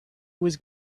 was